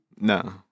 No